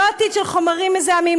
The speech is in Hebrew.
לא עתיד של חומרים מזהמים,